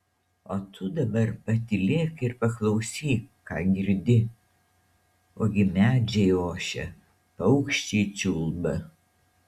o tu dabar patylėk ir paklausyk ką girdi ogi medžiai ošia paukščiai čiulba